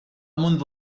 منذ